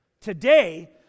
today